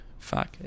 Fuck